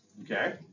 Okay